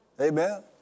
Amen